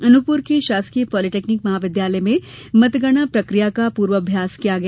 अनूपपुर के शासकीय पॉलिटेक्निक महाविद्यालय में मतगणना प्रकिया का पूर्वाभ्यास किया गया